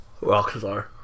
Rockstar